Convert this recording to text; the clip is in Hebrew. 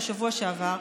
בשבוע שעבר?